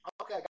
Okay